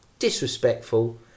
disrespectful